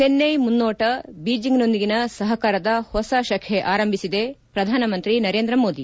ಚೆನ್ನೈ ಮುನ್ನೋಟ ಬೀಜಿಂಗ್ನೊಂದಿಗಿನ ಸಹಕಾರದ ಹೊಸ ಶಖೆ ಆರಂಭಿಸಿದೆ ಪ್ರಧಾನಮಂತ್ರಿ ನರೇಂದ್ರ ಮೋದಿ